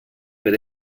per